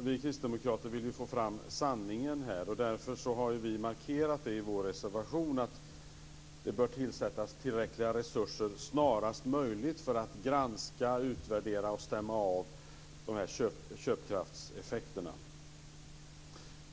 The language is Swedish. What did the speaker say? Vi kristdemokrater vill få fram sanningen, och därför har vi markerat i vår reservation att det bör avsättas tillräckliga resurser snarast möjligt för att granska, utvärdera och stämma av köpkraftseffekterna.